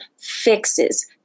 fixes